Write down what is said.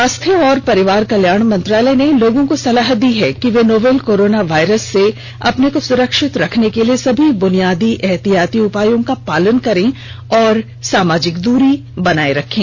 स्वास्थ्य और परिवार कल्याण मंत्रालय ने लोगों को सलाह दी है कि वे नोवल कोरोना वायरस से अपने को सुरक्षित रखने के लिए सभी बुनियादी एहतियाती उपायों का पालन करें और सामाजिक दूरी बनाए रखें